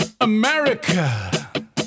America